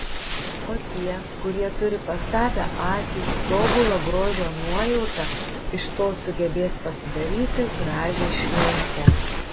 o tie kurie turi pastabią akį tobulą grožio nuojautą iš to sugebės pasidaryti gražią šventę